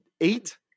eight